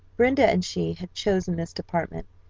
brenda and she had chosen this department,